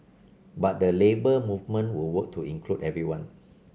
but the Labour Movement will work to include everyone